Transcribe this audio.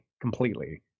completely